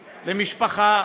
למשפחה,